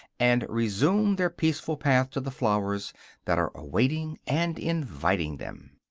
and resume their peaceful path to the flowers that are awaiting and inviting them.